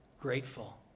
grateful